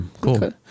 Cool